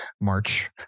march